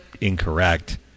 incorrect